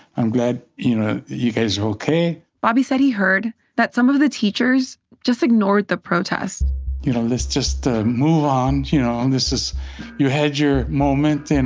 i'm glad, you know, you guys are ok bobby said he heard that some of the teachers just ignored the protest you know, let's just move on. you know, this is you had your moment, and